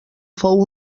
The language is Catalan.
fou